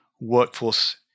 workforce